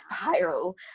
spiral